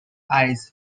eyes